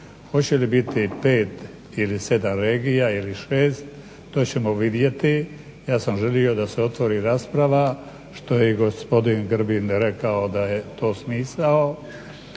Hoće li biti pet ili sedam regija ili šest to ćemo vidjeti. Ja sam želio da se otvori rasprava što je i gospodin Grbin rekao da je to smisao.